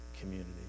community